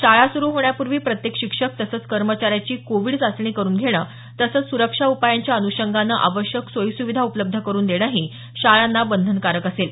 शाळा सुरू होण्यापूर्वी प्रत्येक शिक्षक तसंच कर्मचाऱ्याची कोविड चाचणी करुन घेणं तसंच सुरक्षा उपायांच्या अनुषगानं आवश्यक सोयी सुविधा उपलब्ध करून देणंही शाळांना बंधनकारक असेल